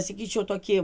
sakyčiau tokį